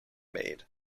made